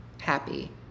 happy